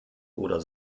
oder